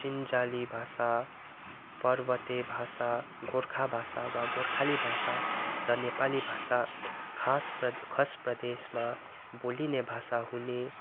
सिन्जाली भाषा पर्वते भाषा गोर्खा भाषा वा गोर्खाली भाषा र नेपाली भाषा खास प्र खस प्रदेशमा बोलिने भाषा हुने